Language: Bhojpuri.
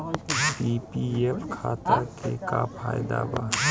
पी.पी.एफ खाता के का फायदा बा?